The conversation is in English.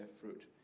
fruit